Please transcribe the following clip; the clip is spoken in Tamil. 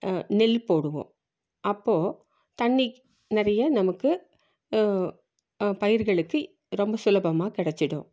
நெல் போடுவோம் அப்போது தண்ணி நிறைய நமக்கு பயிர்களுக்கு ரொம்ப சுலபமாக கெடைச்சிடும்